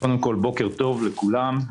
בוקר טוב לכולם,